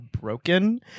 Broken